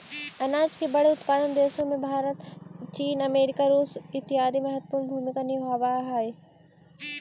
अनाज के बड़े उत्पादक देशों में भारत चीन अमेरिका रूस इत्यादि महत्वपूर्ण भूमिका निभावअ हई